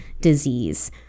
disease